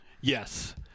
Yes